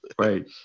Right